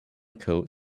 coat